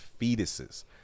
fetuses